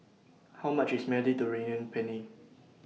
How much IS Mediterranean Penne